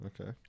Okay